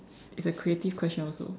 it's a creative question also